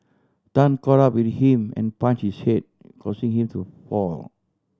Tan caught up with him and punch his head causing him to fall